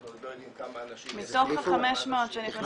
אנחנו עוד לא יודעים כמה אנשים --- מתוך ה-500 שנכנסו לדירה?